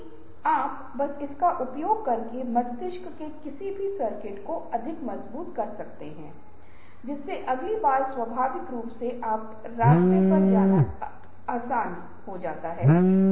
समूह के सदस्य उपयोग करते हैं यह एक तकनीक है जहां समूह के सदस्यों को समस्या कंप्यूटर में पोस्ट किया जाता है